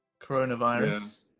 Coronavirus